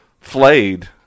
flayed